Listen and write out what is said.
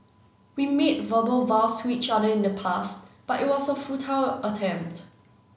we made verbal vows to each other in the past but it was a futile attempt